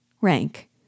Rank